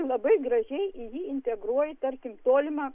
labai gražiai į jį integruoji tarkim tolimą